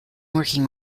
working